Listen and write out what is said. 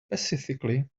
specifically